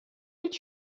did